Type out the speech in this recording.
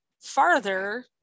farther